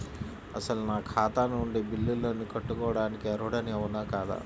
అసలు నా ఖాతా నుండి బిల్లులను కట్టుకోవటానికి అర్హుడని అవునా కాదా?